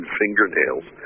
fingernails